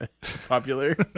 popular